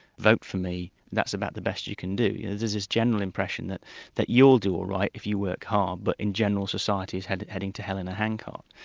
vote for me, that's about the best you can do. yeah there's this general impression that that you'll do all right if you work hard, but in general, society's heading to hell in a handcart.